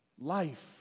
Life